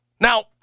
Now